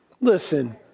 listen